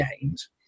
games